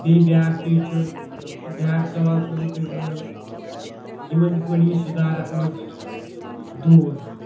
بیٚیہِ بیاکھ چیٖز چھُ بیاکھ سوال چھُس بہٕ تۄہہ وَنان یِمن کِتھ پٲٹھۍ یہِ صُدار اَتھ منٛز دوٗر